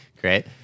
Great